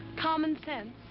common sense?